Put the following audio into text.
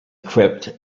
crypt